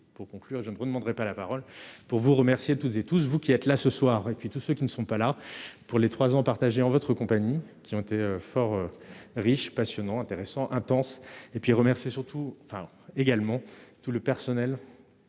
pour conclure je ne demanderai pas la parole pour vous remercier toutes et tous, vous qui êtes là ce soir et puis tous ceux qui ne sont pas là pour les 3 ans partagé en votre compagnie qui ont été fort riche passionnants, intéressants intense et puis remercie surtout fin également tout le personnel